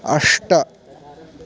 अष्ट